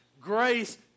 Grace